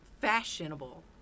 fashionable